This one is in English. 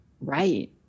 right